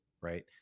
right